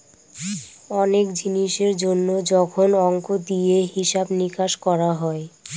অনেক জিনিসের জন্য যখন অংক দিয়ে হিসাব নিকাশ করা হয়